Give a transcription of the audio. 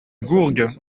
gourgue